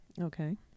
Okay